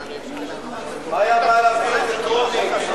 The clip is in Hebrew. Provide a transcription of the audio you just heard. מה היתה הבעיה להעביר את זה בטרומית?